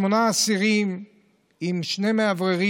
שמונה אסירים עם שני מאווררים.